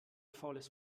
faules